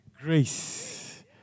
grace